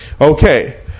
Okay